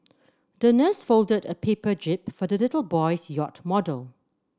the nurse folded a paper jib for the little boy's yacht model